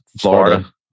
Florida